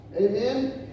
Amen